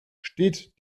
steht